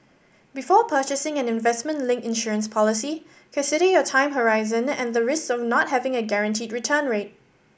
before purchasing an investment linked insurance policy consider your time horizon and the risk of not having a guaranteed return rate